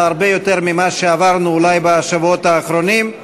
הרבה יותר ממה שעברנו בשבועות האחרונים.